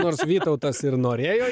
nors vytautas ir norėjo